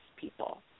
people